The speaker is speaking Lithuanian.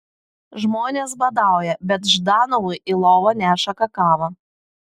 žmonės badauja bet ždanovui į lovą neša kakavą